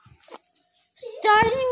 Starting